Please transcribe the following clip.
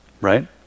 right